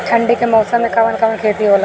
ठंडी के मौसम में कवन कवन खेती होला?